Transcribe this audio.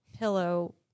pillow